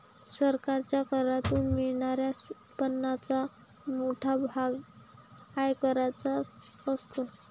सरकारच्या करातून मिळणाऱ्या उत्पन्नाचा मोठा भाग आयकराचा असतो